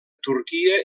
turquia